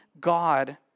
God